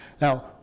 Now